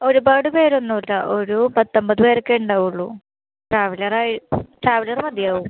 ഒരുപാട് പേരൊന്നുമില്ല ഒരു പത്തൊൻപത് പേരൊക്കെ ഉണ്ടാവുള്ളൂ ട്രാവലറായി ട്രാവലറ് മതിയാവും